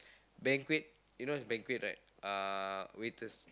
banquet you know what's banquet right uh waiters